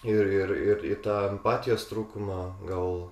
ir ir ir į tą empatijos trūkumą gal